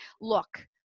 look